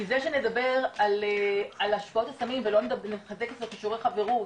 כי זה שנדבר על השפעות הסמים ולא נחזק את כישורי החברות,